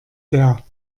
der